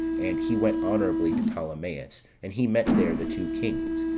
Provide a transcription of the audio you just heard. and he went honourably to ptolemais, and he met there the two kings,